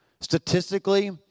Statistically